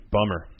Bummer